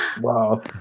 Wow